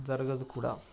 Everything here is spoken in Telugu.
జరగదు కూడా